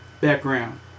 background